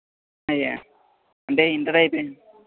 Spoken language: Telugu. అంటే ఇంటర్ అయిపో